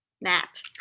nat